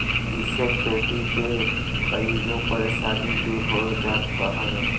इसे खेती के कईगो परेशानी दूर हो जात हवे